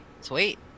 Sweet